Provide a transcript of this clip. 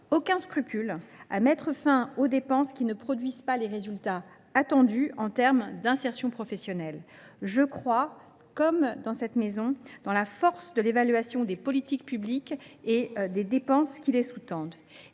aucun scrupule à mettre fin aux dépenses qui ne produisent pas les résultats attendus en matière d’insertion professionnelle. Je crois, à l’instar des sénateurs, à la force de l’évaluation des politiques publiques et des dépenses qui les sous tendent.